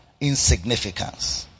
insignificance